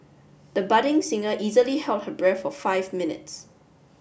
the budding singer easily held her breath for five minutes